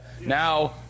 now